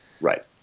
Right